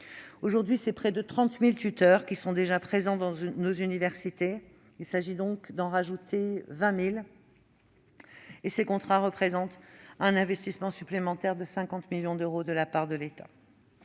Aujourd'hui, près de 30 000 tuteurs sont déjà présents dans nos universités ; il y en aura donc 20 000 de plus. Ces contrats représentent un investissement supplémentaire de 50 millions d'euros de la part de l'État.